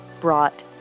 brought